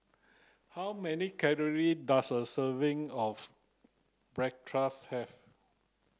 how many calories does a serving of Bratwurst have